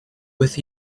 with